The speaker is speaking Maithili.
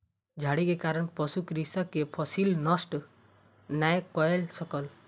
झाड़ी के कारण पशु कृषक के फसिल नष्ट नै कय सकल